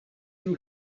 you